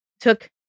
took